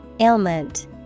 ailment